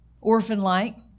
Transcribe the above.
orphan-like